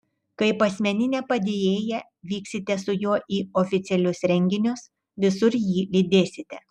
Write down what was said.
kaip asmeninė padėjėja vyksite su juo į oficialius renginius visur jį lydėsite